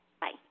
Bye